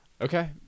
Okay